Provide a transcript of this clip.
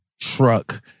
truck